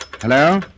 Hello